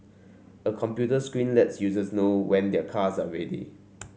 a computer screen lets users know when their cars are ready